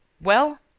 well?